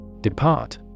Depart